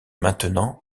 maintenant